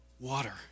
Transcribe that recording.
water